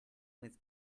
with